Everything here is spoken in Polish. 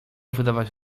wydawać